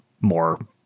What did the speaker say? more